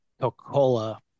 Coca-Cola